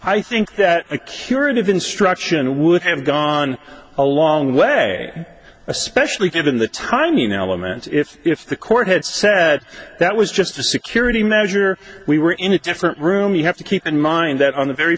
i think that a curative instruction would have gone a long way especially given the timing element if if the court had said that was just a security measure we were in a different room you have to keep in mind that on the very